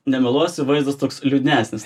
nemeluosiu vaizdas toks liūdnesnis